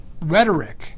rhetoric